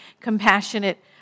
compassionate